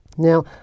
Now